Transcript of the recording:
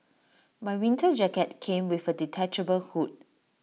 my winter jacket came with A detachable hood